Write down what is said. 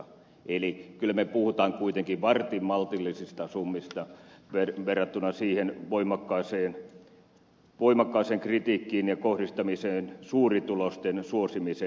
eli kyllä me puhumme kuitenkin varsin maltillisista summista verrattuna siihen voimakkaaseen kritiikkiin ja kohdistamiseen suurituloisten suosimiseen